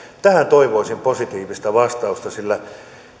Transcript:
tähän toivoisin positiivista vastausta sillä